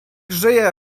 żyje